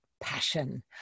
passion